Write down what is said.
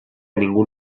ningú